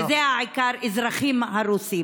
וזה העיקר, אזרחים הרוסים.